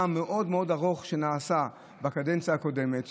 מאוד מאוד ארוך כפי שנעשה בקדנציה הקודמת.